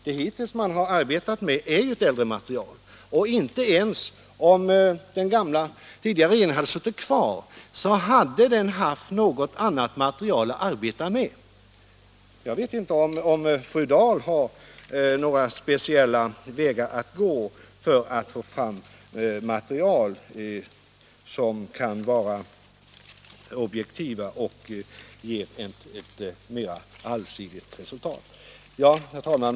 Det man hittills har arbetat med är ju ett äldre material, och om den tidigare regeringen suttit kvar hade inte heller den haft något annat material att arbeta med. Jag vet inte om fru Dahl har några speciella vägar att gå för att få fram material som kan vara objektivt och ge ett mera allsidigt resultat. Herr talman!